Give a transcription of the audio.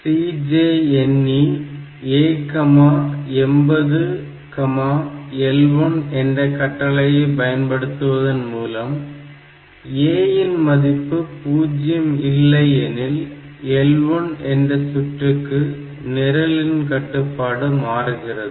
CJNE A 80L1 என்ற கட்டளையை பயன்படுத்துவதன் மூலம் A இன் மதிப்பு 0 இல்லை எனில் L1 என்ற சுற்றுக்கு நிரலின் கட்டுப்பாடு மாறுகிறது